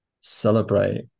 celebrate